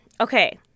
Okay